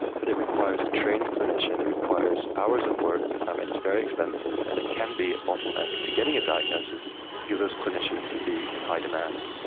but it requires a trained clinician, it requires hours of work. um and it's very expensive. and it can be a bottleneck to getting a diagnosis because those clinicians can be in high demand.